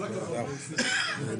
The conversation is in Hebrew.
ננעלה